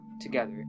together